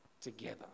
together